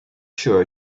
sure